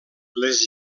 les